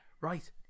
Right